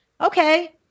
Okay